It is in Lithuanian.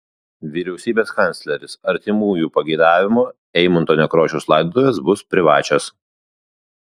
vyriausybės kancleris artimųjų pageidavimu eimunto nekrošiaus laidotuvės bus privačios